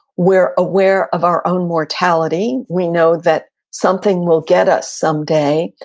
we're aware of our own mortality. we know that something will get us some day,